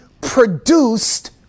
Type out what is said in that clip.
produced